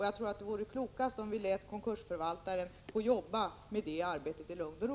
Jag tror att det vore klokast om vi lät konkursförvaltaren arbeta i lugn och ro.